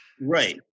Right